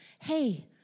Hey